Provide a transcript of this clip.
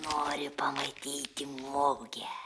nori pamatyti mugę